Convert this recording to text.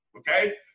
Okay